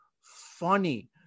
funny